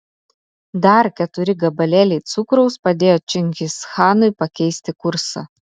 dar keturi gabalėliai cukraus padėjo čingischanui pakeisti kursą